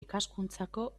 ikaskuntzako